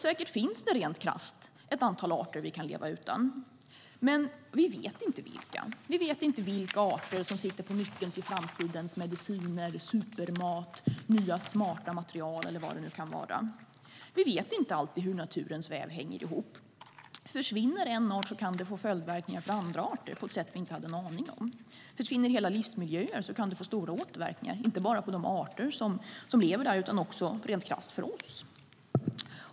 Säkert finns det rent krasst ett antal arter vi kan leva utan, men vi vet inte vilka. Vi vet inte vilka arter som sitter på nyckeln till framtidens mediciner, supermat, nya smarta material eller vad det nu kan vara. Vi vet inte alltid hur naturens väv hänger ihop. Försvinner en art kan det få följdverkningar för andra arter på ett sätt vi inte hade en aning om. Försvinner hela livsmiljöer kan det få stora återverkningar inte bara på de arter som lever där utan också rent krasst för oss.